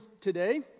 today